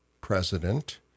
president